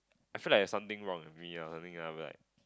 I feel like it's something wrong with me ah or something I'll be like